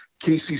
Casey